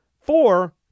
four